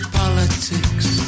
politics